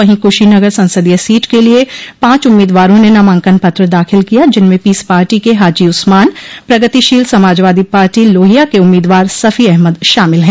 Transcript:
वहीं कुशीनगर संसदीय सीट के लिये पांच उम्मीदवारों ने नामांकन पत्र दाखिल किया जिनमें पीस पार्टी के हाजी उस्मान प्रगतिशील समाजवादी पार्टी लोहिया के उम्मीदवार सफी अहमद शामिल हैं